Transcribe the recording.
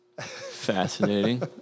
fascinating